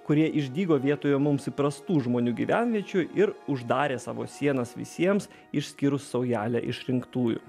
kurie išdygo vietoj mums įprastų žmonių gyvenviečių ir uždarė savo sienas visiems išskyrus saujelę išrinktųjų